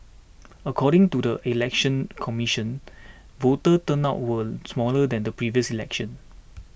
according to the Election Commission voter turnout was smaller than the previous election